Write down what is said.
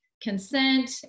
consent